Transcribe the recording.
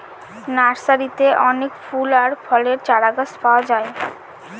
নার্সারিতে অনেক ফুল আর ফলের চারাগাছ পাওয়া যায়